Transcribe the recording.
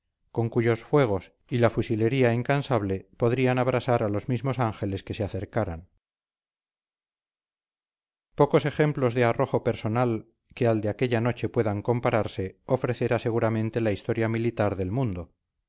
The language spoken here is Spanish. con cuyos fuegos y la fusilería incansable podrían abrasar a los mismos ángeles que se acercaran pocos ejemplos de arrojo personal que al de aquella noche puedan compararse ofrecerá seguramente la historia militar del mundo